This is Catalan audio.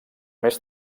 més